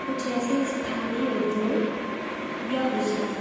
कुछ ऐसे स्थानीय उद्योग या बिजनेस